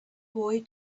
boy